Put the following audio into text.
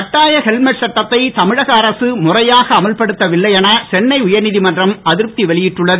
கட்டாய ஹெல்மட் சட்டத்தை தமிழக அரசு முறையாக அமல்படுத்த வில்லை என சென்னை உயர்நீதிமன்றம் அதிர்ப்தி வெளியிட்டுள்ளது